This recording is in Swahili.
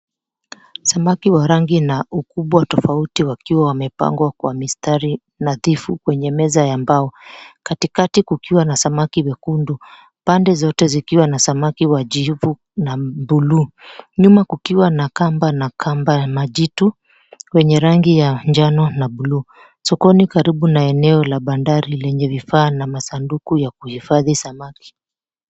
Samaki wa rangi na ukubwa tofauti wakiwa wamepangwa kwa mistari nadhifu kwenye meza ya mbao. Katikati kukiwa na samaki wekundu, pande zote zikiwa na samaki wajivu na buluu. Nyuma kukiwa na kamba na kamba ya majitu wenye rangi ya njano na buluu. Sokoni karibu na eneo la bandari lenye vifaa na masanduku ya kuhifadhi samaki.